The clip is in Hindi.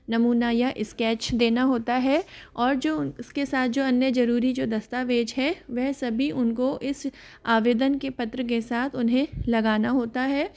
नमूना या स्केच देना होता है और जो उसके साथ जो अन्य जरूरी जो दस्तावेज है वह सभी उनको इस आवेदन के पत्र के साथ उन्हें लगाना होता है